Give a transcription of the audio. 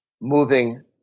moving